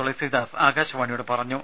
തുളസീദാസ് ആകാശവാണിയോട് പറഞ്ഞു